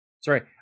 Sorry